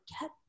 get